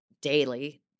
daily